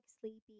sleepy